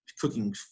cooking